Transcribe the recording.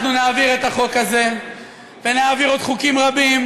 אנחנו נעביר את החוק הזה ונעביר עוד חוקים רבים